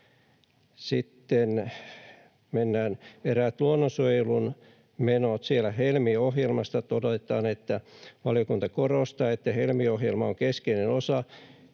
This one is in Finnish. Sitten mennään eräisiin luonnonsuojelun menoihin: Siellä Helmi-ohjelmasta todetaan, että valiokunta korostaa, että Helmi-ohjelma on keskeinen osa